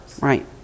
Right